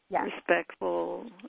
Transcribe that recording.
respectful